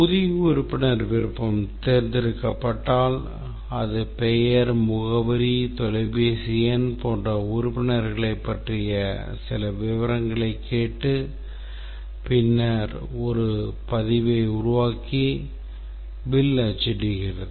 புதிய உறுப்பினர் விருப்பம் தேர்ந்தெடுக்கப்பட்டால் அது பெயர் முகவரி தொலைபேசி எண் போன்ற உறுப்பினர்களைப் பற்றிய சில விவரங்களைக் கேட்டு பின்னர் ஒரு பதிவை உருவாக்கி bill அச்சிடுகிறது